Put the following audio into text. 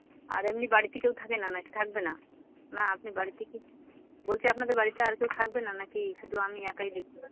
আচ্ছা আর এমনি বাড়িতে কেউ থাকে না না কি থাকবে না না আপনি বাড়িতে কি বলছি আপনাদের বাড়িতে আর কেউ থাকবে না না কি শুধু আমি একাই দেখবো